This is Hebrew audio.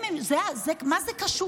מה זה קשור